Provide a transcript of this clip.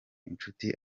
inshuti